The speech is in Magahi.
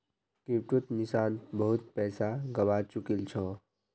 क्रिप्टोत निशांत बहुत पैसा गवा चुकील छ